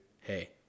hey